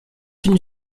une